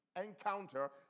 encounter